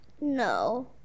No